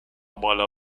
بالا